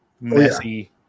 messy